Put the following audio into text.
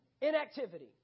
Inactivity